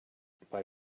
bei